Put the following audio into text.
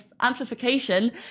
amplification